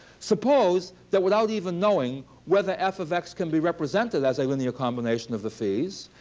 suppose that without even knowing whether f of x can be represented as a linear combination of the phis,